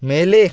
ಮೇಲೆ